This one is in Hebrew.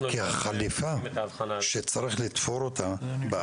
כי החליפה שצריך לתפור אותה בעתיך,